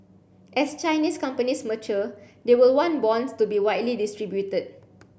as Chinese companies mature they will want bonds to be widely distributed